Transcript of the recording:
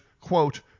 quote